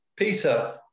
Peter